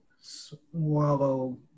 swallow